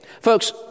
Folks